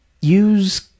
Use